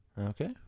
Okay